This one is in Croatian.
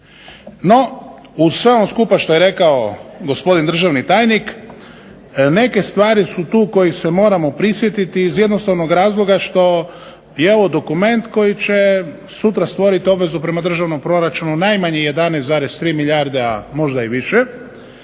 No, uz sve ono skupa što je rekao gospodin državni tajnik neke stvari su tu kojih se moramo prisjetiti iz jednostavnog razloga što je ovo dokument koji će sutra stvoriti obvezu prema državnom proračunu najmanje 11,3 milijarde, a možda i više.